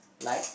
like